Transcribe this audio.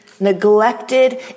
neglected